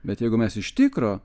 bet jeigu mes iš tikro